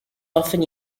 often